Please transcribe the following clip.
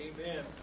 Amen